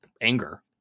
anger